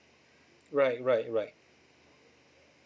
right right right